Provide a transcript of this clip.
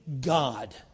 God